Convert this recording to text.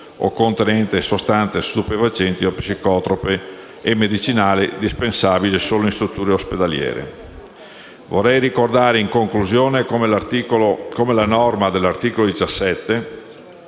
o contenenti sostanze stupefacenti o psicotrope e medicinali dispensabili solo in strutture ospedaliere. Vorrei ricordare, in conclusione, come la norma dell'articolo 17,